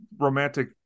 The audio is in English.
romantic